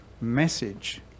message